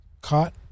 caught